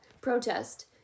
protest